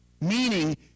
meaning